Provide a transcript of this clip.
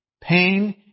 Pain